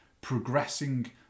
progressing